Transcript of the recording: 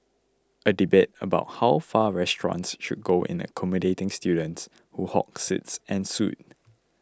a debate about how far restaurants should go in accommodating students who hog seats ensued